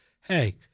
hey